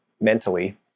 mentally